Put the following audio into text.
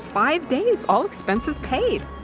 five days, all expenses paid!